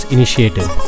Initiative